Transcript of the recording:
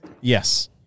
Yes